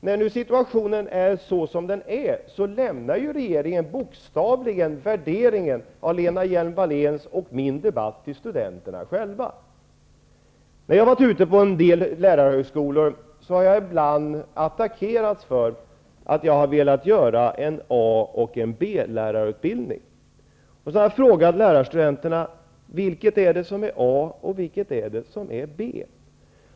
När nu situationen är som den är, lämnar regeringen bokstavligen värderingen av Lena Hjelm-Walléns och min debatt till de studerande själva. När jag har varit ute på en del lärarhögskolor har jag ibland attackerats för att jag har velat ha en A och en B-lärarutbildning. Då har jag frågat studenterna: Vilket är det som är A, och vilket är det som är B?